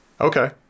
Okay